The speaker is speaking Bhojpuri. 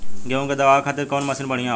गेहूँ के दवावे खातिर कउन मशीन बढ़िया होला?